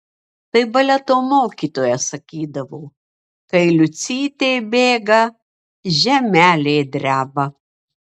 tai baleto mokytoja sakydavo kai liucytė bėga žemelė dreba